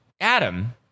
Adam